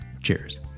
Cheers